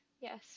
Yes